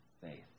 faith